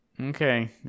Okay